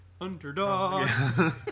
Underdog